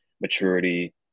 maturity